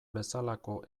bezalako